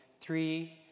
three